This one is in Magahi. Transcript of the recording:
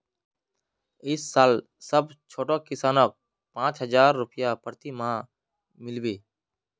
इस साल सब छोटो किसानक पांच हजार रुपए प्रति महीना मिल बे